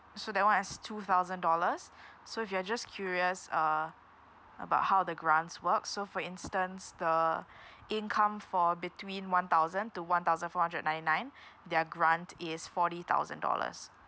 so that [one] is two thousand dollars so if you're just curious uh about how the grants work so for instance the income for between one thousand to one thousand four hundred ninety nine their grant is forty thousand dollars